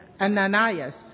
Ananias